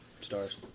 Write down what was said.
Stars